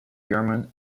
german